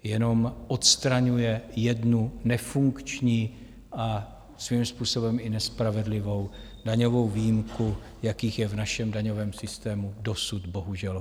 Jenom odstraňuje jednu nefunkční a svým způsobem i nespravedlivou daňovou výjimku, jakých je v našem daňovém systému dosud bohužel hodně.